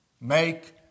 make